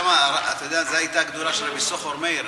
זו הייתה הגדולה של יששכר מאיר,